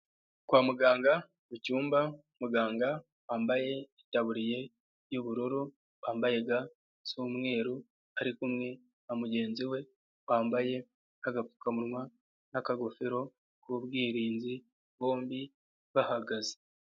Kwa muganga mucyumba muganga wambaye itaburiye y'ubururu wambaye ga z'umweru ari kumwe na mugenzi we bambaye agapfukamunwa n'akagofero k'ubwirinzi bombi bahagaze.